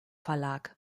verlag